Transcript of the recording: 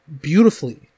beautifully